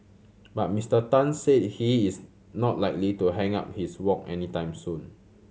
but Mister Tan said he is not likely to hang up his wok anytime soon